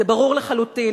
זה ברור לחלוטין,